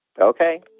Okay